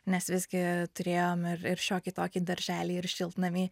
nes visgi turėjom ir ir šiokį tokį darželį ir šiltnamį